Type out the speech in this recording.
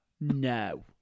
no